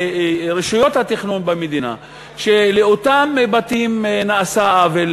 רשויות התכנון במדינה שלאותם בתים נעשה עוול,